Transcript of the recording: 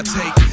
take